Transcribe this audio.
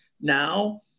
now